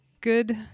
good